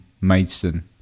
Maidstone